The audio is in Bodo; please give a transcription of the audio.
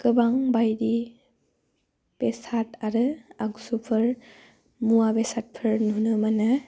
गोबां बायदि बेसाद आरो आगजुफोर मुवा बेसादफोर नुनो मोनो